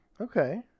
Okay